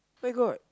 where got